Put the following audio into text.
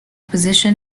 position